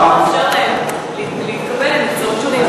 אתה לא מאפשר להן להתקבל למקצועות שונים,